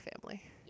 family